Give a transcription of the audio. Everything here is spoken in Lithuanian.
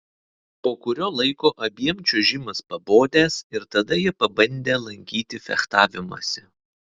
po kurio laiko abiem čiuožimas pabodęs ir tada jie pabandę lankyti fechtavimąsi